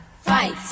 fight